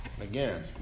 Again